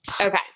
Okay